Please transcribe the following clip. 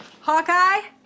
Hawkeye